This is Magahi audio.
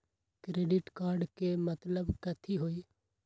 क्रेडिट कार्ड के मतलब कथी होई?